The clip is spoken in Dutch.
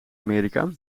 amerika